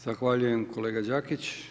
Zahvaljujem kolega Đakić.